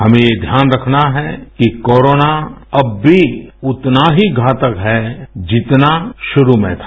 हमें ध्यान रखना है कि कोरोना अब भी उतना ही घातक है जितना शुरू में था